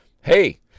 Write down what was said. hey